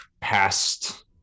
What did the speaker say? past